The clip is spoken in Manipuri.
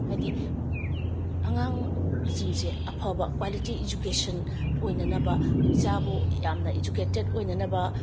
ꯍꯥꯏꯗꯤ ꯑꯉꯥꯡꯁꯤꯡꯁꯦ ꯑꯐꯕ ꯀ꯭ꯋꯥꯂꯤꯇꯤ ꯏꯖꯨꯀꯦꯁꯟ ꯑꯣꯏꯅꯅꯕ ꯏꯆꯥꯕꯨ ꯌꯥꯝꯅ ꯏꯖꯨꯀꯦꯇꯦꯠ ꯑꯣꯏꯅꯅꯕ